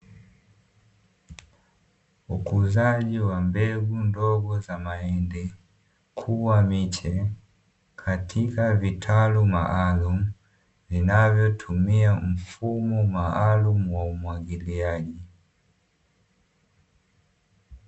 Ukuzaji wa mbegu ndogo za mahindi kuwa miche, katika vitalu maalumu vinavyotumia mfumo maalumu wa umwagiliaji.